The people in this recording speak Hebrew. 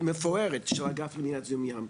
מפוארת של האגף למניעת זיהום ים,